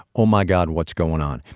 oh, my god, what's going on?